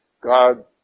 God